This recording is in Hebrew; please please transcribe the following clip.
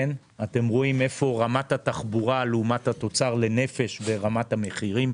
אתם רואים את רמת התחבורה לעומת התוצר לנפש ורמת המחירים.